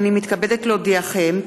הינני מתכבדת להודיעכם,